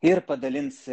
ir padalins